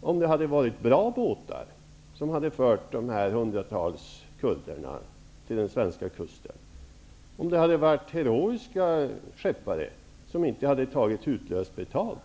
om båtarna, som fört de hundratals kurderna till den svenska kusten, hade varit goda, om skepparna hade varit heroiska och inte tagit hutlöst betalt.